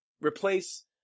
replace